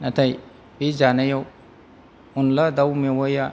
नाथाय बे जानायाव अनद्ला दाउ मेवाइया